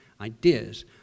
ideas